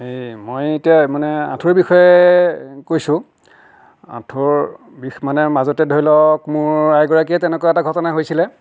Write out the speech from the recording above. এই মই এতিয়া মানে আঁঠুৰ বিষয়ে কৈছোঁ আঁঠুৰ বিষ মানে মাজতে ধৰি লওক মোৰ আইগৰাকীয়ে তেনেকুৱা এটা ঘটনা হৈছিলে